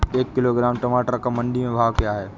एक किलोग्राम टमाटर का मंडी में भाव क्या है?